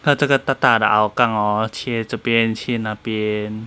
他这个大大的 hougang hor 切这边去那边